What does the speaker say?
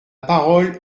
parole